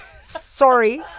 Sorry